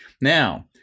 Now